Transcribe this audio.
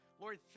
Lord